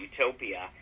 Utopia